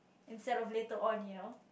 instead of later on you know